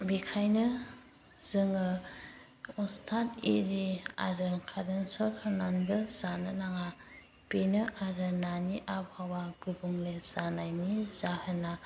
बेनिखायनो जोङो अस्थाड आरि आरो कारेन्ट सक होनानैबो जानो नाङा बेनो आरो नानि आबहावा गुबुंले जानायनि जाहोना